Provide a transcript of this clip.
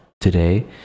today